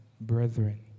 brethren